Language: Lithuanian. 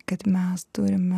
kad mes turime